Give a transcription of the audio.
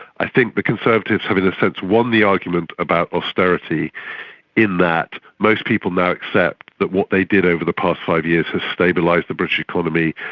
i think the conservatives have in a sense won the argument about austerity in that most people now accept that what they did over the past five years has stabilised the british economy,